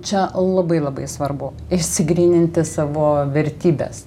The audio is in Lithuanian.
čia labai labai svarbu išsigryninti savo vertybes